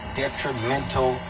detrimental